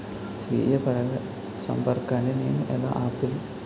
స్వీయ పరాగసంపర్కాన్ని నేను ఎలా ఆపిల్?